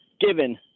given